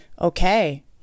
okay